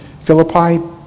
Philippi